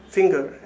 Finger